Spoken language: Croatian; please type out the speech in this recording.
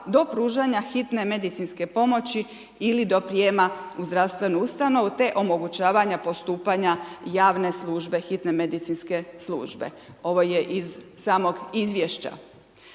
do pružanja hitne medicinske pomoći ili do prijema u zdravstvenu ustanovu te omogućavanja postupanja javne službe, hitne medicinske službe. Ovo je iz samog izvješća.